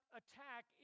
attack